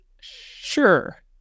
sure